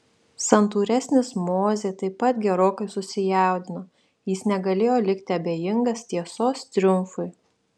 santūresnis mozė taip pat gerokai susijaudino jis negalėjo likti abejingas tiesos triumfui